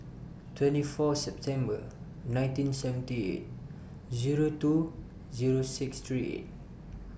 twenty four September nineteen seventy eight Zero two Zero six three eight